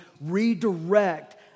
redirect